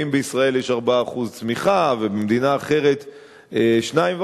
ואם בישראל יש 4% צמיחה ובמדינה אחרת 2.5%,